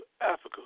Africa